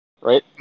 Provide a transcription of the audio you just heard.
right